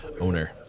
owner